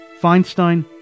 Feinstein